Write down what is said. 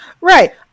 Right